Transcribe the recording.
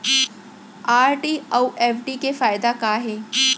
RD अऊ FD के फायेदा का हे?